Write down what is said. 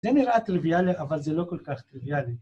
זה נראה טריוויאלי, אבל זה לא כל כך טריוויאלי.